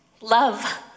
Love